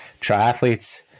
triathletes